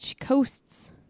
coasts